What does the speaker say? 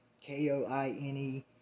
K-O-I-N-E